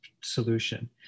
solution